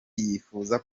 yifuza